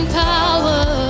power